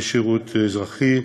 אזרחי.